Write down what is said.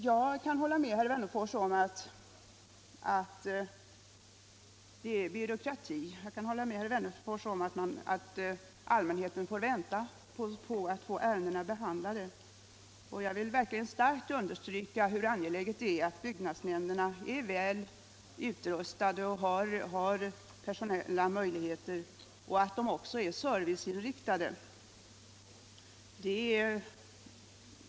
Jag kan hålla med herr Wennerfors om vad han sade om byråkrati och om att allmänheten får vänta på behandlingen av ärendena. Jag vill starkt understryka hur angeläget det är att byggnadsnämnderna är väl utrustade även personellt och att de är serviceinriktade.